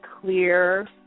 clear